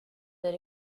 that